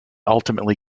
ultimately